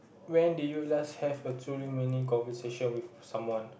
when do you last have a truly meaning conversation with someone